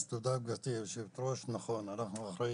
אנחנו אחרי